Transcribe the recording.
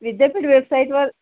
विद्यापीठ वेबसाईटवर